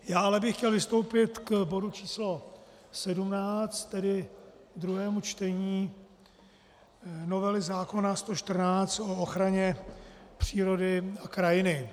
Já ale bych chtěl vystoupit k bodu číslo 17, tedy k druhému čtení novely zákona 114 o ochraně přírody a krajiny.